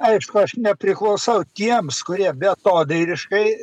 aišku aš nepriklausau tiems kurie beatodairiškai